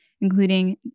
including